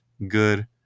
good